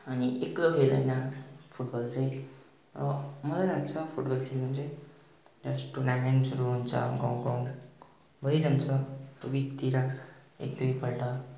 अनि एक्लो खेल्दैन फुटबल चाहिँ अब मजा लाग्छ फुटबल खेल्नु चाहिँ यस टुर्नामेन्ट्सहरू हुन्छ गाउँ गाउँ भइरहन्छ विकतिर एक दुईपल्ट